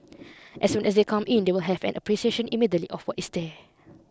as soon as they come in they will have an appreciation immediately of what is there